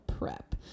prep